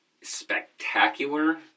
spectacular